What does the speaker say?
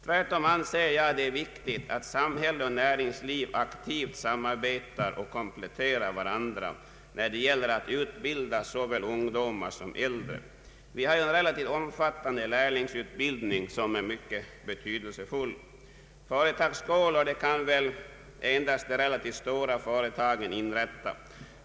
Tvärtom anser jag att det är viktigt att samhälle och näringsliv aktivt samarbetar och kompletterar varandra när det gäller att utbilda såväl ungdomar som äldre. Vi har ju en relativt omfattande lärlingsutbildning som är mycket betydelsefull. Företagsskolor kan väl endast de relativt stora företagen inrätta.